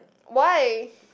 why